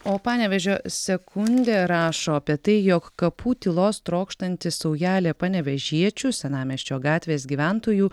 o panevėžio sekundė rašo apie tai jog kapų tylos trokštanti saujelė panevėžiečių senamiesčio gatvės gyventojų